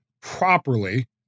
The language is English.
properly